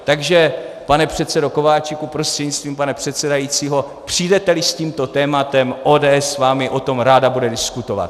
Takže, pane předsedo Kováčiku prostřednictvím pana předsedajícího, přijdeteli s tímto tématem, ODS s vámi o tom ráda bude diskutovat.